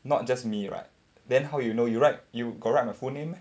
not just me right then how you know you write you got write my full name meh